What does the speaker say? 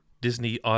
Disney